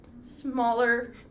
smaller